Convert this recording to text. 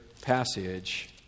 passage